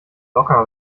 locker